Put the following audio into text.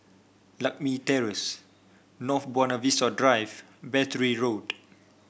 Lakme Terrace North Buona Vista Drive Battery Road